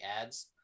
ads